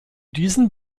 diesen